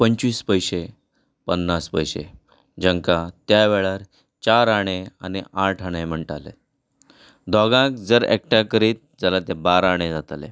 पंचवीस पयशे पन्नास पयशे जांकां त्या वेळार चार आणे आनी आट आणे म्हणटाले दोगांक जर एकठांय करीत जाल्या ते बारा आणे जातले